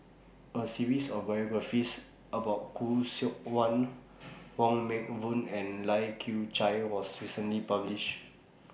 A series of biographies about Khoo Seok Wan Wong Meng Voon and Lai Kew Chai was recently published